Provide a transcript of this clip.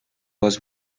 was